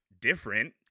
different